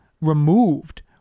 removed